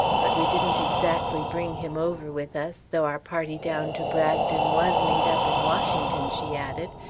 but we didn't exactly bring him over with us though our party down to bragton was made up in washington, she added,